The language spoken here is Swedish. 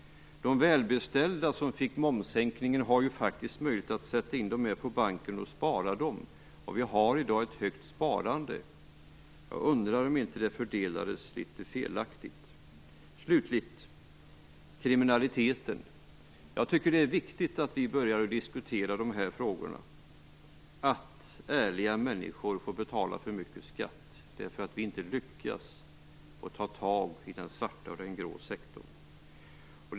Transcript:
De välbeställda som fick momssänkningen har faktiskt möjlighet att sätta in pengarna på banken och spara dem. Vi har i dag ett högt sparande. Jag undrar om det inte fördelades litet felaktigt. Slutligen kommer jag till kriminaliteten. Jag tycker att det är viktigt att vi börjar diskutera de här frågorna, att ärliga människor får betala för mycket skatt därför att vi inte lyckas ta tag i den svarta och den grå sektorn.